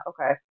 okay